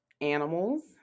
animals